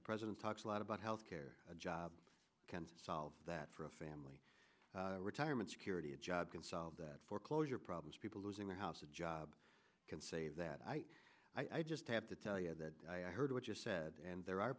the president talks a lot about health care a job can solve that for a family retirement security a job can solve the foreclosure problems people losing their houses job can say that i i just have to tell you that i heard what you said and